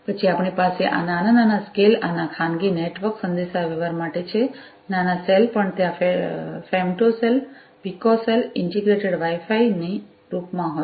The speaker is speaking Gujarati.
પછી આપણી પાસે આ નાના સ્કેલ ના ખાનગી નેટવર્ક સંદેશાવ્યવહાર માટે છે નાના સેલ પણ ત્યાં femtocells picocells integrated wifi ના રૂપમાં હોય છે